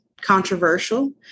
controversial